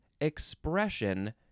expression